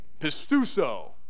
Pistuso